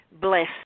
Bless